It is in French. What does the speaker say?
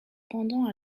rendant